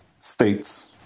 states